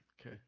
Okay